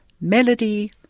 melody